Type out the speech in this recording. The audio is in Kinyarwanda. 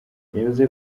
yavuze